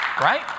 Right